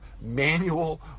manual